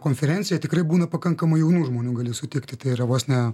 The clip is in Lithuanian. konferencijoj tikrai būna pakankamai jaunų žmonių gali sutikti tai yra vos ne